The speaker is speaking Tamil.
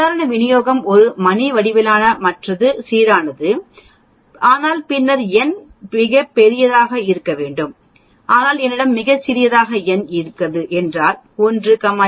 சாதாரண விநியோகம் ஒரு மணி வடிவிலானது மற்றும் சீரானது என்று அவர் கூறினார் ஆனால் பின்னர் N மிகவும் மிகப் பெரியதாக இருக்க வேண்டும் ஆனால் என்னிடம் மிக மிக சிறியதாக இருந்தால் n